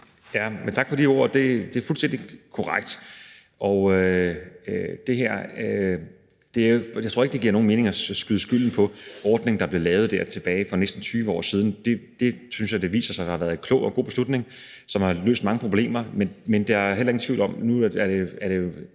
Tak for de ord. Det er fuldstændig korrekt. Jeg tror ikke, at det giver nogen mening at skyde skylden på ordningen, der blev lavet der tilbage for næsten tyve år siden. Jeg synes, at det har vist sig at være en klog og god beslutning, som har løst mange problemer. Men der er heller ingen tvivl om, at det nu er en god